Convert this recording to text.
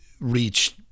reached